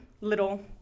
little